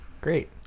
Great